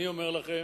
אני אומר לכם,